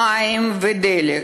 מים ודלק.